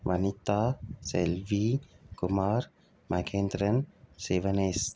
Vanitha Selvi Kumar Mahendran Sivanesh